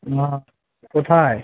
না কোথায়